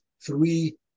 three